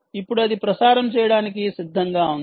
ఇప్పుడు ఇది ప్రసారం చేయడానికి సిద్ధంగా ఉంది